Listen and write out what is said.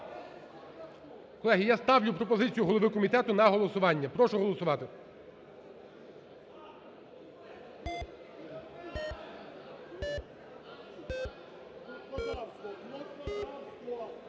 Колеги, я ставлю пропозицію голови комітету на голосування. Прошу голосувати.